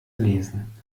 lesen